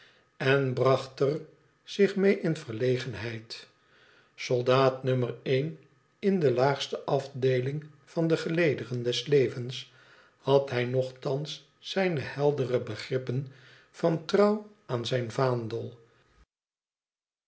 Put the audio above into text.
en bracht er zich mee in verlegenheid soldaat nummer een in de laagste afdeeling van de gelederen des levens had hij nogtans zijne heldere begrippen van trouw aan zijn vaandel